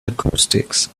acoustics